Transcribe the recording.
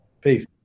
peace